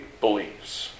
believes